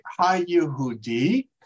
HaYehudi